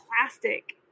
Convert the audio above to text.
plastic